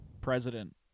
president